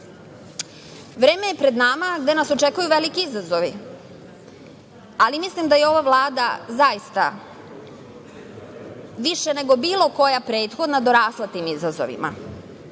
je pred nama gde nas očekuju veliki izazovi, ali mislim da je ova Vlada zaista više nego bilo koja prethodna dorasla tim izazovima.